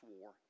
war